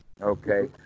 Okay